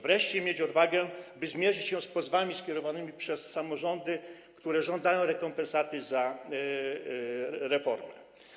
Wreszcie trzeba mieć odwagę, by zmierzyć się z pozwami skierowanymi przez samorządy, które żądają rekompensaty za reformę.